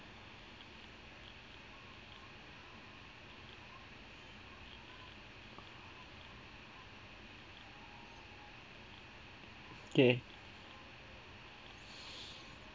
okay